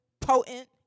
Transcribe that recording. potent